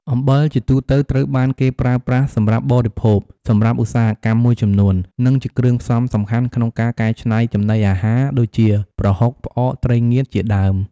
អំបិលជាទូទៅត្រូវបានគេប្រើប្រាស់សម្រាប់បរិភោគ សម្រាប់ឧស្សាហកម្មមួយចំនួន និងជាគ្រឿងផ្សំសំខាន់ក្នុងការកែច្នៃចំណីអាហារ ដូចជា ប្រហុក ផ្អក ត្រីងៀតជាដើម។